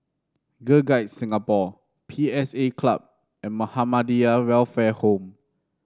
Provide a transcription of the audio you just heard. Girl Guides Singapore P S A Club and Muhammadiyah Welfare Home